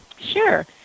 Sure